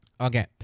Okay